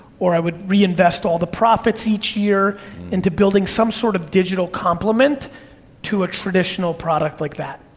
or i would reinvest all the profits each year into building some sort of digital complement to a traditional product like that.